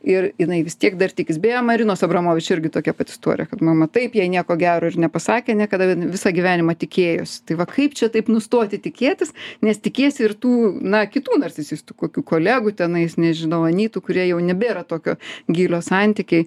ir jinai vis tiek dar tikis beje marinos abramovič irgi tokia pat istorija kad mama taip jai nieko gero ir nepasakė niekada visą gyvenimą tikėjosi tai va kaip čia taip nustoti tikėtis nes tikiesi ir tų na kitų narcisistų kokių kolegų tenais nežinau anytų kurie jau nebėra tokio gylio santykiai